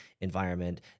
environment